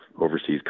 overseas